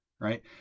right